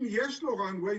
אם יש לו run way,